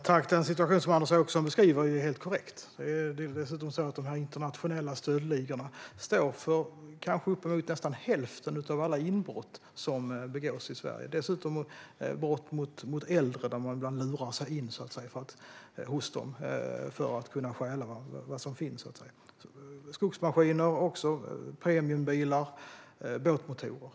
Fru talman! Anders Åkessons beskrivning av situationen är helt korrekt. De internationella stöldligorna står för nästan hälften av alla inbrott som begås i Sverige. Det gäller dessutom brott mot äldre där de ibland lurar sig in hos dem för att stjäla vad som finns där. Det gäller också skogsmaskiner, premiumbilar och båtmotorer.